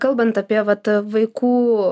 kalbant apie vat vaikų